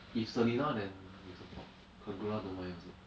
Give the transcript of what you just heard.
if selina then you support kagura don't mind also